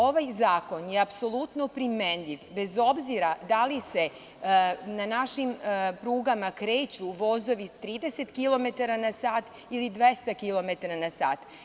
Ovaj zakon je apsolutno primenjiv, bez obzira da li se na našim prugama kreću vozovi 30 km na sat ili 200 km na sat.